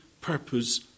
purpose